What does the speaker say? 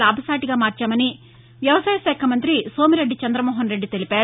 లాభసాటిగా మార్చామని వ్యవసాయ శాఖా మంఁతి సోమిరెడ్డి చంద్రమోహనరెడ్డి తెలిపారు